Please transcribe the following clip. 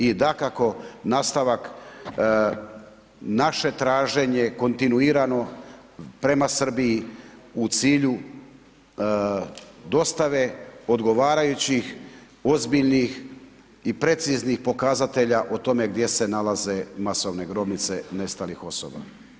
I dakako nastavak naše traženje, kontinuirano prema Srbiji u cilju dostave odgovarajućih, ozbiljnih i preciznih pokazatelja o tome gdje se nalaze masovne grobnice nestalih osoba.